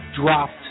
dropped